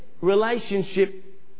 relationship